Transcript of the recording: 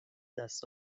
دست